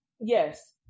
Yes